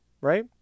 Right